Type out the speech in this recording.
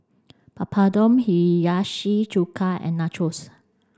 Papadum Hiyashi Chuka and Nachos